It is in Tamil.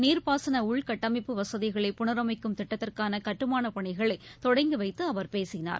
நீர்பாசன உள்கட்டமைப்பு வசதிகளை புனரமைக்கும் திட்டத்திற்கான கட்டுமானப்பணிகளை தொடங்கிவைத்து அவர் பேசினார்